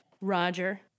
Roger